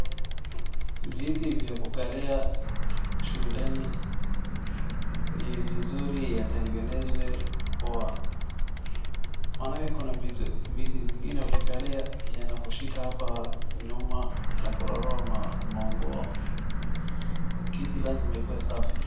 Viti za kukalia shuleni ni vizuri yatengenezwe poa. Maanake kuna viti zingine ukikalia yanakushika hapa nyuma yanakurarua manguo. Kiti lazima ikuwe safi.